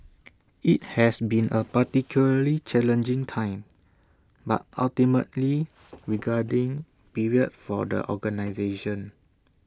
IT has been A particularly challenging time but ultimately rewarding period for the organisation